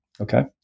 Okay